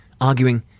arguing